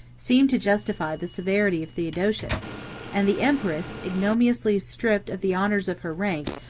seemed to justify the severity of theodosius and the empress, ignominiously stripped of the honors of her rank,